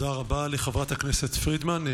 תודה רבה לחברת הכנסת פרידמן.